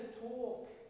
talk